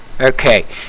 Okay